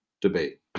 debate